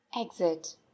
exit